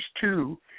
two